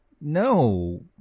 No